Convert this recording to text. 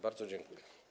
Bardzo dziękuję.